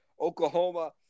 Oklahoma